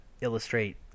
illustrate